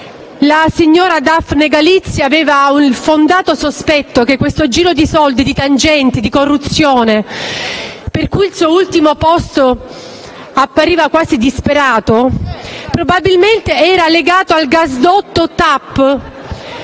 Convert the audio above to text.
La signora Daphne Galizia aveva il fondato sospetto che questo giro di soldi, di tangenti, di corruzione, per cui il suo ultimo *post* appariva quasi disperato, fosse legato al gasdotto TAP,